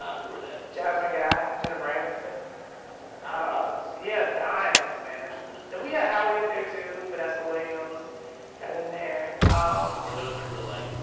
ah who were they? jasmine guy, jennifer aniston dime ah pieces yeah, dimes, man and we had halle up there, too. vanessa williams got in there um were those your real-life